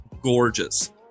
gorgeous